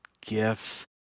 gifts